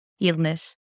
illness